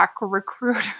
recruiter